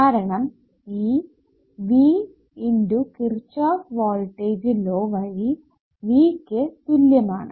കാരണം ഈ V x Kirchhoff voltage law വഴി V യ്ക്ക് തുല്യമാണ്